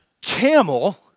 camel